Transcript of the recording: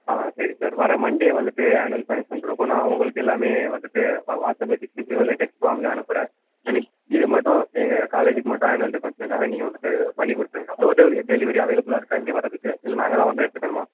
ஆ சரி சார் வர்ற மன்டே வந்துட்டு ஆன்வெல் ஃபங்க்ஷன் இருக்கும் நான் உங்களுக்கு எல்லாமே வந்துட்டு வா வாட்ஸ்அப்பில இல்லை டெக்ஸ்ட் ஃபார்ம்லயோ அனுப்புகிறேன் எனக்கு இதுமட்டும் எங்கள் காலேஜிக்கு மட்டும் ஆன்வல் டே ஃபங்க்ஷன்க்காக நீங்கள் வந்துட்டு பண்ணிக்கொடுத்துருங்க டோர் டெ டெலிவரி அவைலபுளாக இருக்கா இங்கே வர்றதுக்கு இல்லை நாங்கள் தான் வந்து எடுத்துக்கணுமா